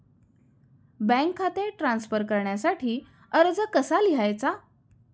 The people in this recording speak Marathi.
बँक खाते ट्रान्स्फर करण्यासाठी अर्ज कसा लिहायचा?